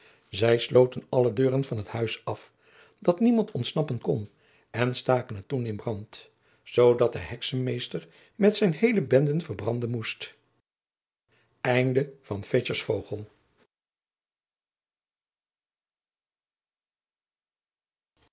zij sloten alle deuren van het huis af dat niemand ontsnappen kon en staken het toen in brand zoodat de heksenmeester met zijn heele bende verbranden moest